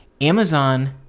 Amazon